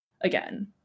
again